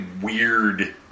weird